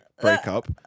breakup